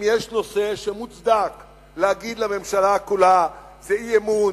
אם יש נושא שמוצדק להגיד לממשלה כולה: זה אי-אמון,